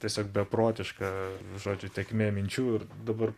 tiesiog beprotiška žodžiu tėkmė minčių ir dabar